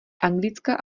anglická